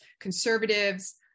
conservatives